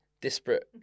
disparate